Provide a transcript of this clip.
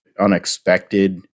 unexpected